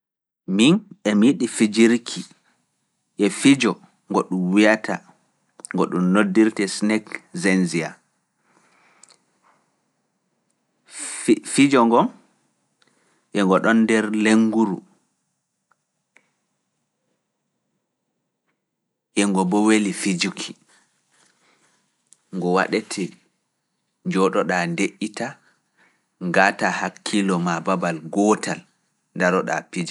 Min emi yiɗi fijirki e fijo ngo ɗum wiyata, ngo ɗum noddirte Snake Xenzia. Fijo ngo, e ngo ɗon nder lenguru. ngo wadete seyo e nanugo beldum.